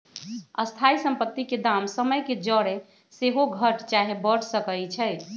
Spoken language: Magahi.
स्थाइ सम्पति के दाम समय के जौरे सेहो घट चाहे बढ़ सकइ छइ